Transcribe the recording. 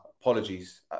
Apologies